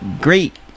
Great